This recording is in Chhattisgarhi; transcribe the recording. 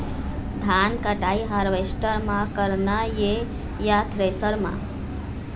धान कटाई हारवेस्टर म करना ये या थ्रेसर म?